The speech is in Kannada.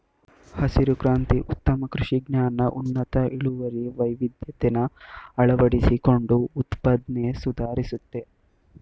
ಹಸಿರು ಕ್ರಾಂತಿ ಉತ್ತಮ ಕೃಷಿ ಜ್ಞಾನ ಉನ್ನತ ಇಳುವರಿ ವೈವಿಧ್ಯತೆನ ಅಳವಡಿಸ್ಕೊಂಡು ಉತ್ಪಾದ್ನೆ ಸುಧಾರಿಸ್ತು